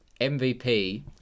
MVP